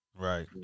Right